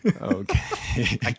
Okay